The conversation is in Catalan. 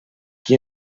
qui